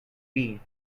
bee